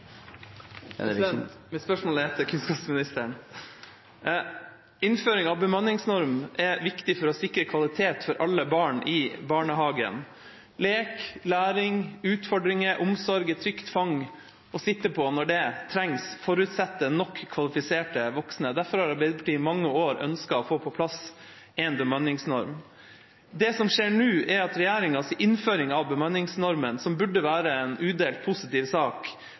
til kunnskapsministeren. Innføring av bemanningsnorm er viktig for å sikre kvalitet for alle barn i barnehagen. Lek, læring, utfordringer, omsorg og et trygt fang å sitte på når det trengs, forutsetter nok kvalifiserte voksne. Derfor har Arbeiderpartiet i mange år ønsket å få på plass en bemanningsnorm. Det som skjer nå, er at regjeringas innføring av bemanningsnormen, som burde være en udelt positiv sak,